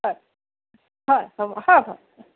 হয় হয় হয়